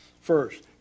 First